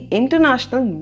international